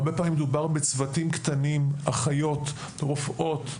הרבה פעמים מדובר בצוותים קטנים, אחיות, רופאות,